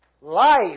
Life